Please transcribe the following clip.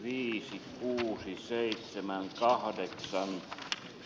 iii seitsemän kahdeksan